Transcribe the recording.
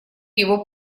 его